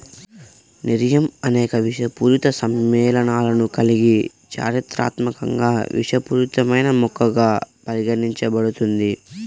nerium అనేక విషపూరిత సమ్మేళనాలను కలిగి చారిత్రాత్మకంగా విషపూరితమైన మొక్కగా పరిగణించబడుతుంది